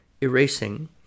erasing